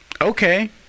Okay